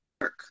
work